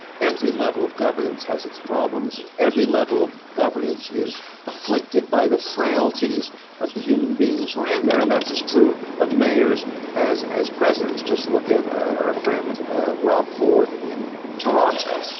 every level of governance has its problems, every level of governance is afflicted by the frailties of the human beings that are in there, and that's as true of mayors as as presidents. just look at our friend ah rob ford in toronto,